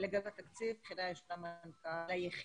התקציב של המשרד הגיע ליחידה.